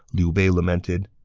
liu bei lamented,